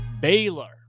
Baylor